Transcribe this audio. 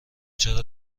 چرا